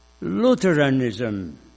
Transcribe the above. Lutheranism